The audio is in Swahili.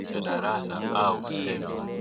cha darasa au semina.